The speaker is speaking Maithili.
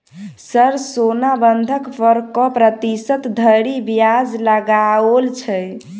सर सोना बंधक पर कऽ प्रतिशत धरि ब्याज लगाओल छैय?